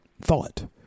thought